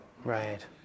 Right